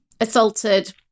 assaulted